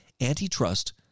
antitrust